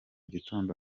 gitondo